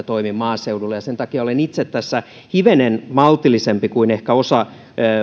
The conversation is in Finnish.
toimi maaseudulla ja sen takia olen itse hivenen maltillisempi kuin ehkä osa